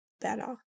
better